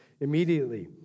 Immediately